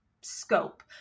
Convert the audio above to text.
scope